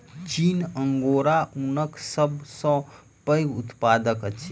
चीन अंगोरा ऊनक सब सॅ पैघ उत्पादक अछि